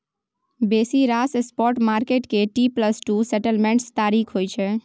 बेसी रास spot market के टी प्लस टू सेटलमेंट्स तारीख होइ छै